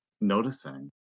noticing